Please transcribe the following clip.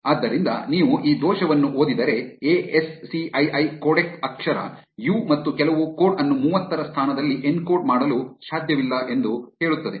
ಆದ್ದರಿಂದ ನೀವು ಈ ದೋಷವನ್ನು ಓದಿದರೆ A S C I I codec ಅಕ್ಷರ ಯು ಮತ್ತು ಕೆಲವು ಕೋಡ್ ಅನ್ನು ಮೂವತ್ತರ ಸ್ಥಾನದಲ್ಲಿ ಎನ್ಕೋಡ್ ಮಾಡಲು ಸಾಧ್ಯವಿಲ್ಲ ಎಂದು ಹೇಳುತ್ತದೆ